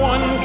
One